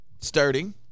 starting